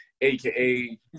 aka